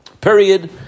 period